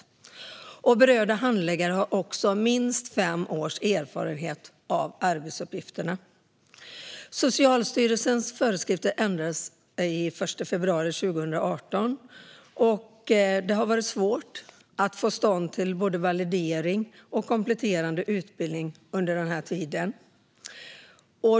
Berörda handläggare ska också ha minst fem års erfarenhet av arbetsuppgifterna. Socialstyrelsens föreskrifter ändrades den 1 februari 2018. Det har varit svårt att få till stånd både validering och kompletterande utbildning under den här tiden.